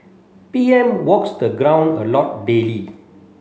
P M walks the ground a lot daily